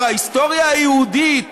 ההיסטוריה היהודית,